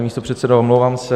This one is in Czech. Pane místopředsedo, omlouvám se.